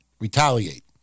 retaliate